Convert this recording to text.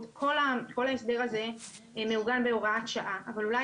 כל ההסדר הזה מעוגן בהוראת שעה אבל אולי